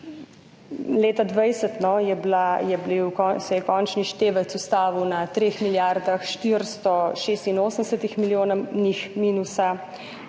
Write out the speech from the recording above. Leta 2020 se je končni števec ustavil na 3 milijardah 486 milijonov minusa,